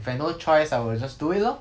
if I no choice I will just do it lor